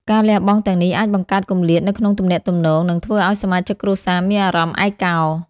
ការលះបង់ទាំងនេះអាចបង្កើតគម្លាតនៅក្នុងទំនាក់ទំនង និងធ្វើឱ្យសមាជិកគ្រួសារមានអារម្មណ៍ឯកោ។